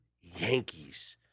Yankees